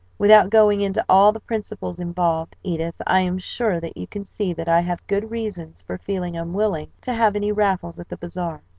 without going into all the principles involved, edith, i am sure that you can see that i have good reasons for feeling unwilling to have any raffles at the bazaar.